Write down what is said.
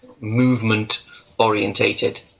movement-orientated